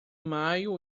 maio